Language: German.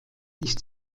ist